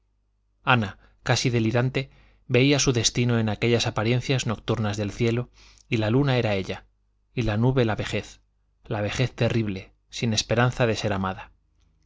ana casi delirante veía su destino en aquellas apariencias nocturnas del cielo y la luna era ella y la nube la vejez la vejez terrible sin esperanza de ser amada